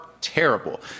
terrible